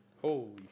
Holy